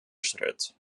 schritt